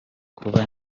kuba